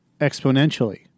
exponentially